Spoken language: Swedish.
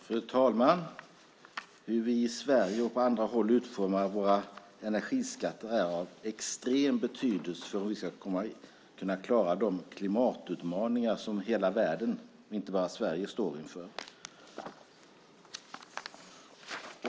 Fru talman! Hur vi i Sverige och på andra håll utformar våra energiskatter är av extrem betydelse för hur vi ska kunna klara de klimatutmaningar som hela världen, inte bara Sverige, står inför.